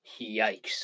Yikes